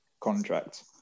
contract